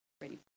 ready